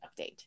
update